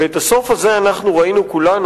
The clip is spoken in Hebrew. ואת הסוף הזה ראינו כולנו,